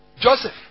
Joseph